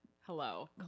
hello